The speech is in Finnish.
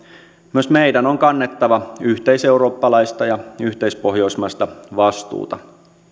myös meidän on kannettava yhteiseurooppalaista ja yhteispohjoismaista vastuuta